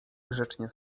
grzecznie